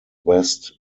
west